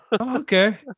okay